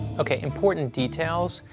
ok, important details.